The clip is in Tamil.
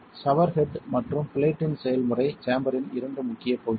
ஷவர்ஹெட் மற்றும் பிளேட்டின் செயல்முறை சேம்பரின் இரண்டு முக்கிய பகுதிகள்